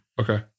Okay